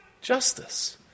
justice